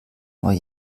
neue